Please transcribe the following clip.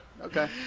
Okay